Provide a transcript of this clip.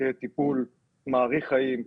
כטיפול מאריך חיים,